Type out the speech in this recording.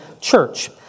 church